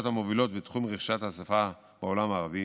המובילות בתחום רכישת השפה בעולם הערבי.